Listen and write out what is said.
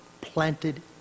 planted